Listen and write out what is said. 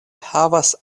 havas